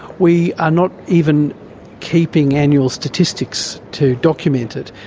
we are not even keeping annual statistics to document it.